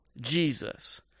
Jesus